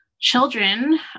Children